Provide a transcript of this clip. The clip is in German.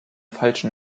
falschen